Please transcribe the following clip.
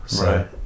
right